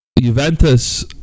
Juventus